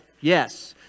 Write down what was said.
Yes